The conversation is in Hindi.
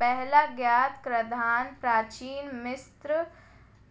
पहला ज्ञात कराधान प्राचीन मिस्र